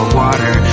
water